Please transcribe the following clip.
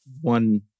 one